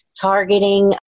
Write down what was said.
targeting